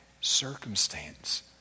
circumstance